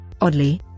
Oddly